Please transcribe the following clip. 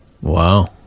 Wow